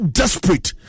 desperate